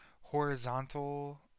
horizontal